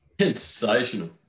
Sensational